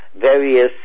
various